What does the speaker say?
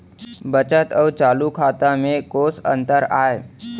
बचत अऊ चालू खाता में कोस अंतर आय?